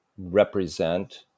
represent